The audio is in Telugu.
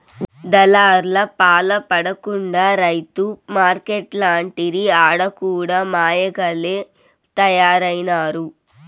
దళార్లపాల పడకుండా రైతు మార్కెట్లంటిరి ఆడ కూడా మాయగాల్లె తయారైనారు